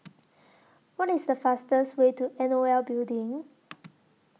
What IS The fastest Way to N O L Building